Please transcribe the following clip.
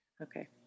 Okay